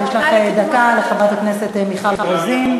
יש לך דקה, חברת הכנסת מיכל רוזין.